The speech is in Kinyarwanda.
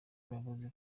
mbabazi